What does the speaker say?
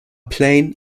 plain